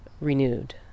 renewed